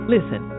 Listen